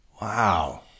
Wow